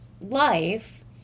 life